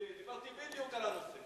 ידידי, דיברתי בדיוק על הנושא.